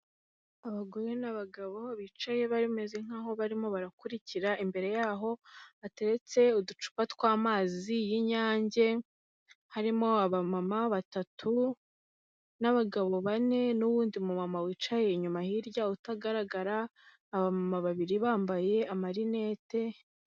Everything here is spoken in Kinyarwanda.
Abagore n'abagabo bicaye bameze nk'aho barimo barakurikira, imbere y'aho hateretse uducupa tw'amazi y'inyange, harimo abamama batatu, n'abagabo bane, n'uwundi mumama wicaye inyuma hirya utagaragara, abamama babiri bambaye amarinete.